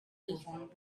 you